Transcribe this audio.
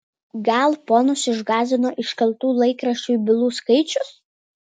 gal ponus išgąsdino iškeltų laikraščiui bylų skaičius